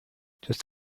just